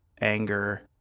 anger